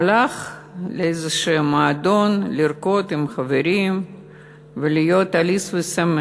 הלך לאיזשהו מועדון לרקוד עם חברים ולהיות עליז ושמח.